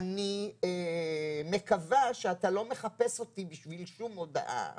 אני מקווה שאתה לא מחפש אותי בשביל שום הודעה